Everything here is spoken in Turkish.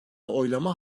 oylama